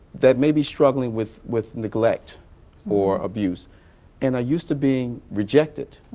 that may be struggling with with neglect or abuse and are used to being rejected.